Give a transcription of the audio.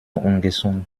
ungesund